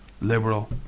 Liberal